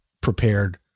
prepared